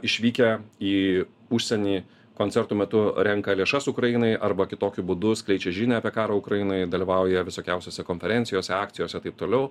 išvykę į užsienį koncertų metu renka lėšas ukrainai arba kitokiu būdu skleidžia žinią apie karą ukrainoj dalyvauja visokiausiose konferencijose akcijose taip toliau